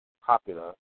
popular